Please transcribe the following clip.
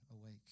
awake